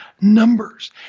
numbers